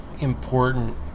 important